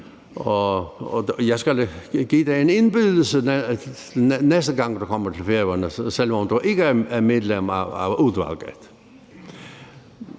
jeg skal give dig en indbydelse, næste gang du kommer til Færøerne, selv om du ikke er medlem af udvalget.